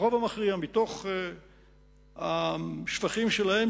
הרוב המכריע מתוך השפכים שלהם,